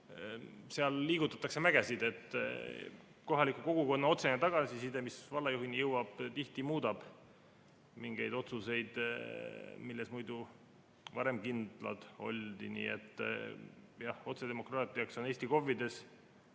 seal liigutatakse mägesid. Kohaliku kogukonna otsene tagasiside, mis vallajuhini jõuab, tihti muudab mingeid otsuseid, milles muidu varem kindlad oldi. Nii et otsedemokraatiaks Eesti KOV-ides